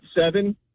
seven